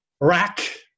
rack